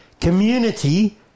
community